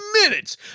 minutes